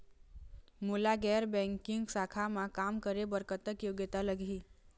मोला गैर बैंकिंग शाखा मा काम करे बर कतक योग्यता लगही?